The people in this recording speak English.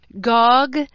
Gog